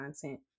content